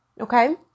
Okay